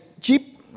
cheap